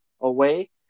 away